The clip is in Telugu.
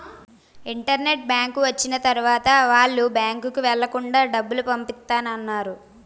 ఇంటర్నెట్ బ్యాంకు వచ్చిన తర్వాత వాళ్ళు బ్యాంకుకు వెళ్లకుండా డబ్బులు పంపిత్తన్నారు